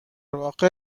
واقع